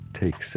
takes